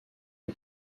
que